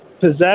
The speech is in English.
possess